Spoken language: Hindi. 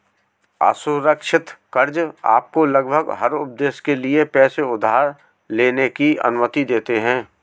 असुरक्षित कर्ज़ आपको लगभग हर उद्देश्य के लिए पैसे उधार लेने की अनुमति देते हैं